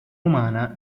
umana